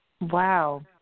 Wow